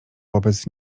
wobec